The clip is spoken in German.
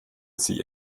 sie